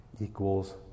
equals